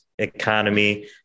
economy